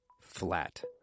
flat